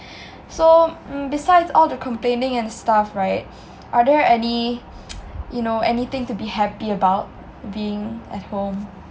so mm besides all the complaining and stuff stuff right are there any you know anything to be happy about being